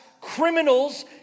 criminals